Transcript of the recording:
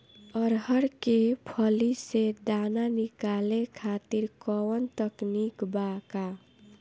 अरहर के फली से दाना निकाले खातिर कवन तकनीक बा का?